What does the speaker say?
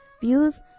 views